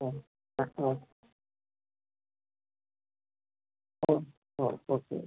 ഓ ആ ഓ ഓ ഓ ഓക്കെ